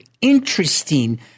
interesting